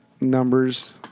numbers